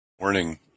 morning